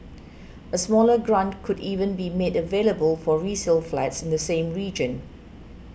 a smaller grant could even be made available for resale flats in the same region